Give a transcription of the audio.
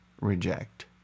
reject